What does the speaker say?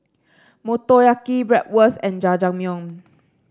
Motoyaki Bratwurst and Jajangmyeon